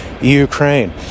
Ukraine